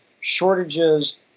shortages